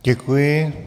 Děkuji.